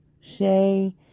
Shay